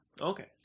Okay